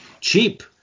cheap